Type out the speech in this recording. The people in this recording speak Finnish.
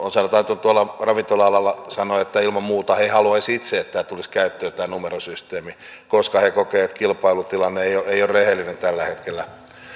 ovat ravintola alalla ja sanovat että ilman muuta he haluaisivat itse että tulisi käyttöön tämä numerosysteemi koska he kokevat että kilpailutilanne ei ei ole rehellinen tällä hetkellä